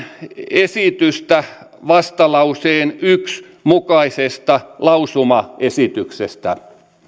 esitystä vastalauseen yksi mukaisesta lausumaesityksestä